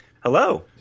Hello